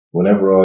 Whenever